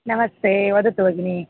नमस्ते वदतु भगिनि